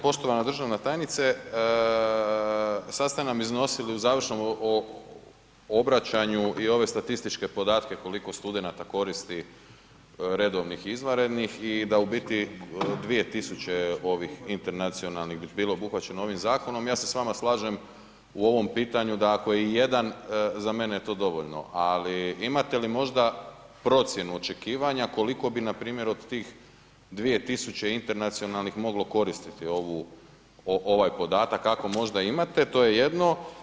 Poštovana državna tajnice, sad ste nam iznosili u završnom obraćanju i ove statističke podatke, koliko studenata koristi redovnih i izvanrednih i da u biti 2.000 ovih internacionalnih bi bilo obuhvaćeno ovim zakonom i ja se s vama slažem u ovom pitanju da ako je i 1 za mene je to dovoljno, ali imate li možda procjenu očekivanja koliko bi npr. od tih 2.000 internacionalnih moglo koristiti ovaj podatak ako možda imate, to je jedno.